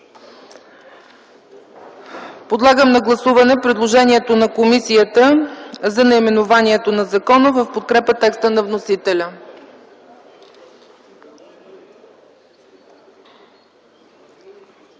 Подлагам на гласуване предложението на комисията за наименованието на закона в подкрепа текста на вносителя.